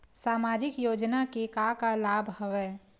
सामाजिक योजना के का का लाभ हवय?